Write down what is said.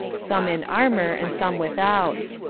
some in armor, and some without.